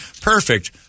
Perfect